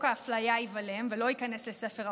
האפליה ייבלם ולא ייכנס לספר החוקים,